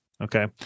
Okay